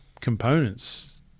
components